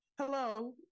Hello